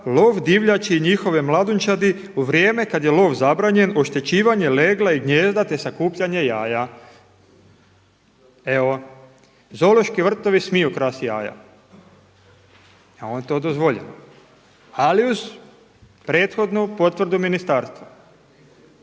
lov divljači i njihove mladunčadi u vrijeme kada je lov zabranjen oštećivanje legla i gnijezda te sakupljanje jaja“. Evo zoološki vrtovi smiju krst jaja, jel mu je to dozvoljeno, ali uz prethodnu potvrdu ministarstva,